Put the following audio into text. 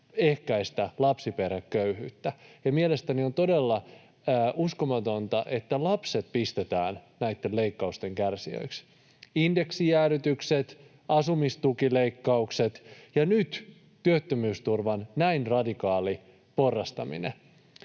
ehkäistä lapsiperheköyhyyttä. Mielestäni on todella uskomatonta, että lapset pistetään näitten leikkausten kärsijöiksi. Indeksijäädytykset, asumistukileikkaukset ja nyt työttömyysturvan näin radikaali porrastaminen.